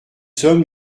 sommes